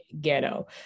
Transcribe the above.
ghetto